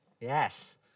Yes